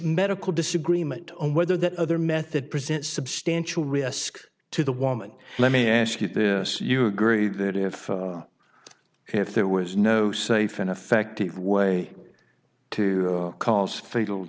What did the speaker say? medical disagreement on whether that other method presents substantial risk to the woman let me ask you this you agree that if if there was no safe and effective way to cause fatal